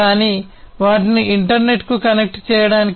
కానీ వాటిని ఇంటర్నెట్కు కనెక్ట్ చేయడానికి